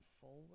forward